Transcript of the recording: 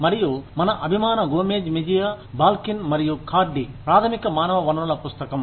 మరియు మన అభిమాన గోమెజ్ మెజియా బాల్కిన్ మరియు కార్డి ప్రాథమిక మానవ వనరుల పుస్తకం